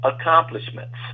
accomplishments